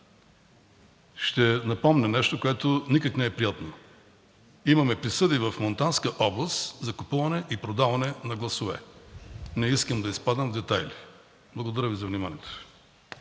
ще напомня нещо, което никак не е приятно. Имаме присъди в Монтанска област за купуване и продаване на гласове. Не искам да изпадам в детайли. Благодаря Ви за вниманието.